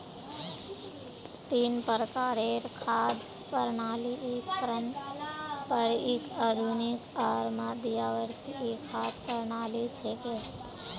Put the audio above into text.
तीन प्रकारेर खाद्य प्रणालि पारंपरिक, आधुनिक आर मध्यवर्ती खाद्य प्रणालि छिके